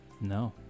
No